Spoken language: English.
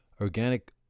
organic